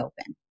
open